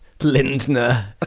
Lindner